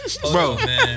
Bro